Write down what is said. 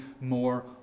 more